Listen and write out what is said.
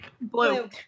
Blue